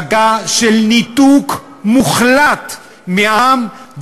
הצגה של ניתוק מוחלט מהעם,